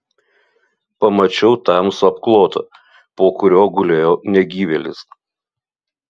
pamačiau tamsų apklotą po kuriuo gulėjo negyvėlis